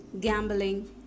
gambling